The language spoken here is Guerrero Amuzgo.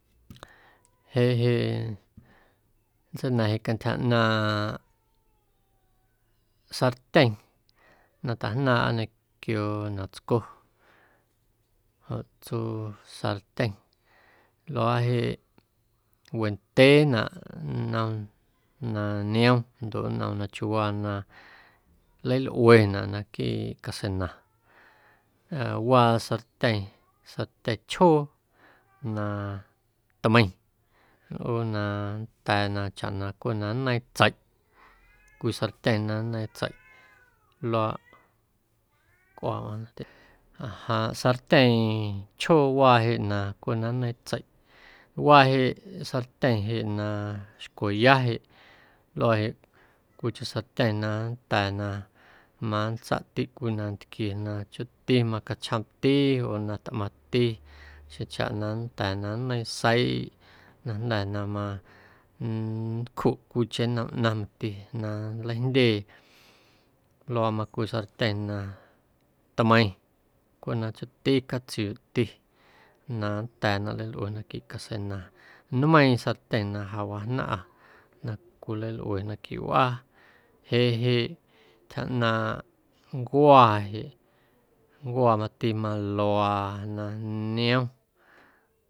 Jeꞌ jeꞌ nntseina̱ⁿya cantyja ꞌnaaⁿꞌ sartyeⁿ na tajnaaⁿꞌa ñequio ñomtsco joꞌ tsuu sartyeⁿ luaaꞌ jeꞌ wendyeenaꞌnaꞌ na nnom na niom ndoꞌ nnom na chawaa na nleilꞌuenaꞌ naquiiꞌ caseina waa sartyeⁿ, sartyeⁿ chjoo na tmeiⁿ nlꞌuu na nnda̱a̱ na chaꞌ na cweꞌ na nneiiⁿ tseiꞌ cwii sartyeⁿ na nneiiⁿ tseiꞌ luaaꞌ cꞌuaa mꞌaⁿna tiyuuꞌ ajaaⁿ sartyeⁿ chjoowaa jeꞌ na cweꞌ na neiiⁿ tseiꞌ waa jeꞌ sartyeⁿ na xcweya jeꞌ luaa jeꞌ cwiicheⁿ sartyeⁿ na nnda̱a̱ na ma nntsaꞌtiꞌ cwii nantquie na chooti macachjoomti oo na tꞌmaⁿti xjeⁿchaꞌna nnda̱a̱ na nneiiⁿ seiꞌ na jnda̱ na ma nncjuꞌ cwiicheⁿ nnom ꞌnaⁿ mati na nleijndyee luaaꞌ macwii sartyeⁿ na tmeiⁿ cweꞌ na chooti catsiuuꞌti na nnda̱a̱ na nleilꞌue naquiiꞌ caseina nmeiiⁿ sartyeⁿ na ja wajnaⁿꞌa na cwilalꞌue naquiiꞌ wꞌaa jeꞌ jeꞌ ntyja ꞌnaaⁿꞌ ncuaa jeꞌ, ncuaa mati maluaa na niom.